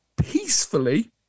peacefully